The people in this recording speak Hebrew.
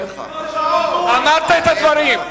אמרת את הדברים.